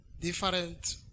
different